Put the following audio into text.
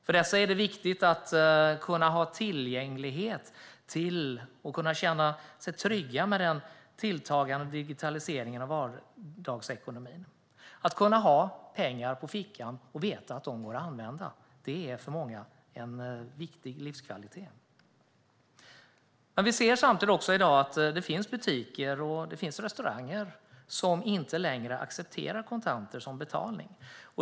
För dessa är det viktigt att ha tillgång till och känna sig trygga med den tilltagande digitaliseringen av vardagsekonomin. Att kunna ha pengar på fickan och veta att de går att använda är för många viktig livskvalitet. Samtidigt ser vi i dag att det finns butiker och restauranger som inte längre accepterar kontanter som betalning.